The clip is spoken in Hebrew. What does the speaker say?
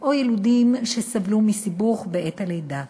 או שסבלו מסיבוך בעת הלידה.